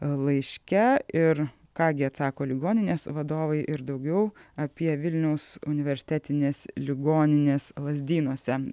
laiške ir ką gi atsako ligoninės vadovai ir daugiau apie vilniaus universitetinės ligoninės lazdynuose